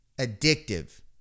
addictive